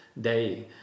day